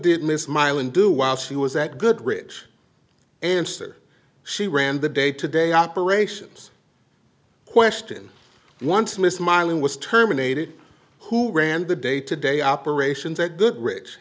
did miss mylan do while she was at goodrich answer she ran the day to day operations question once miss molly was terminated who ran the day to day operations at goodrich